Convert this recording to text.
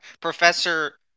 Professor